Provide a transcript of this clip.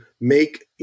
make